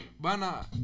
bana